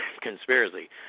conspiracy